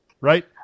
Right